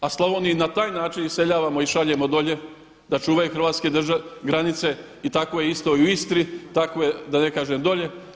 a Slavoniju i na taj način iseljavamo i šaljemo dolje da čuvaju hrvatske granice i tako je isto i u Istri, tako je da ne kažem dolje.